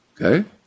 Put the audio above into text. okay